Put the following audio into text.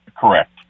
correct